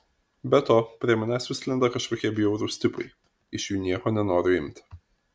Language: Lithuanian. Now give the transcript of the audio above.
be to prie manęs vis lenda kažkokie bjaurūs tipai iš jų nieko nenoriu imti